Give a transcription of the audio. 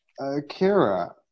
Kira